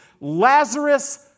Lazarus